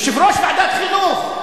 יושב-ראש ועדת חינוך,